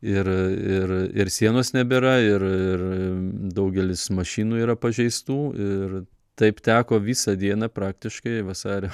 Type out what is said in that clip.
ir ir ir sienos nebėra ir ir daugelis mašinų yra pažeistų ir taip teko visą dieną praktiškai vasario